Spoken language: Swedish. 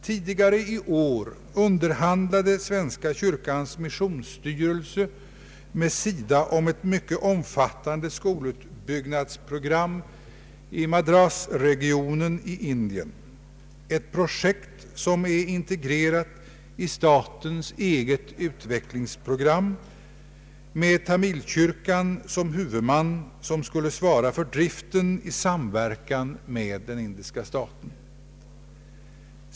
Tidigare i år underhandlade Svenska kyrkans missionsstyrelse med SIDA om ett mycket omfattande skolutbyggnadsprogram i Madras-regionen i Indien — ett projekt som är integrerat i statens eget utvecklingsprogram, med Tamilkyrkan som huvudman, som skulle svara för driften i samverkan med den indiska staten.